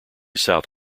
south